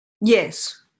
Yes